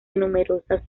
numerosas